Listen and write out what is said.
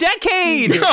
decade